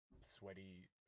sweaty